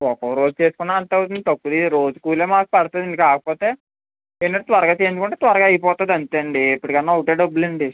ఒక్కొక్క రోజు చేసుకున్నా అంతే అవుతుంది తప్పదు ఈ రోజు కూలియే మాకు పడుతుందండి కాకపోతే మీరు త్వరగా చేయించుకుంటే త్వరగా అయిపోతుంది అంతే అండి ఎప్పటికైనా ఒకటే డబ్బులండి